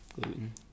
Gluten